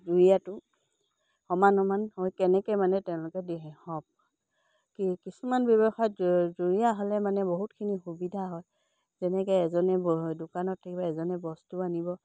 জুৰীয়াটো সমান সমান হৈ কেনেকে মানে তেওঁলোকে হওক কি কিছুমান ব্যৱসায়ত জুৰীয়া হ'লে মানে বহুতখিনি সুবিধা হয় যেনেকে এজনে দোকানত থাকিব এজনে বস্তু আনিব